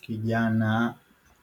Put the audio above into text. Kijana